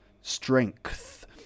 strength